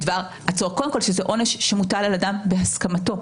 זה עונש שמוטל על אדם בהסכמתו.